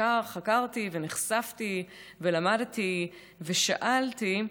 שחקרתי ונחשפתי ולמדתי ושאלתי,